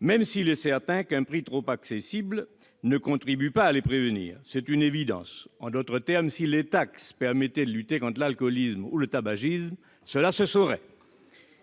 même s'il est certain qu'un prix trop accessible ne contribue pas à les enrayer. En d'autres termes, si les taxes permettaient de lutter contre l'alcoolisme ou le tabagisme, cela se saurait.